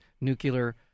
nuclear